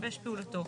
משבש פעולתו